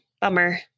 Bummer